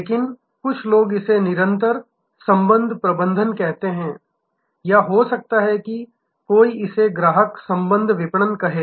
लेकिन कुछ लोग इसे निरंतर संबंध प्रबंधन कहते हैं या हो सकता है कि कोई इसे ग्राहक संबंध विपणन कहे